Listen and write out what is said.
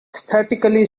aesthetically